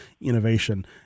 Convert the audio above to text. innovation